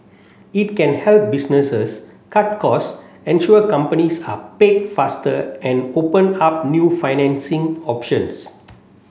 it can help businesses cut costs ensure companies are paid faster and open up new financing options